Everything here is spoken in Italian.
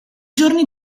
giorni